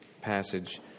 passage